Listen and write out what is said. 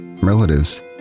relatives